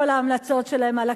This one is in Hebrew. כל ההמלצות שלהן על הקרח,